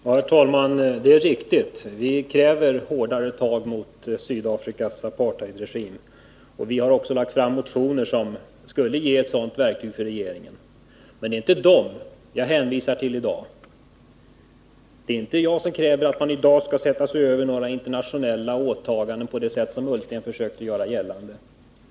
Herr talman! Det är riktigt: Vi kräver hårdare tag mot Sydafrikas apartheidregim, och vi har också lagt fram motioner som går ut på att ge regeringen ett sådant här verktyg. Men det är inte detta som jag hänvisar till i dag, det är inte jag som i dag kräver att man skall sätta sig över några internationella åtaganden på det sätt som herr Ullsten försökte göra gällande.